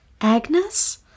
Agnes